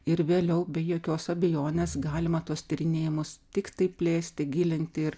ir vėliau be jokios abejonės galima tuos tyrinėjimus tiktai plėsti gilinti ir